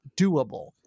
doable